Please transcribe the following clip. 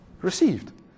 received